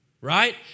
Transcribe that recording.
right